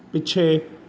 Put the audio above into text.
ਪਿੱਛੇ